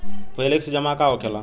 Flexi जमा का होखेला?